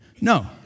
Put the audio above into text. No